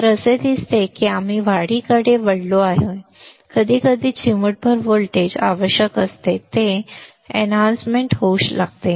तर असे दिसते की आम्ही वाढीकडे वळलो आहोत कधीकधी चिमूटभर व्होल्टेज आवश्यक असते आणि ते संतृप्त होऊ लागते